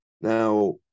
now